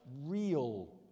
real